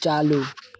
ચાલુ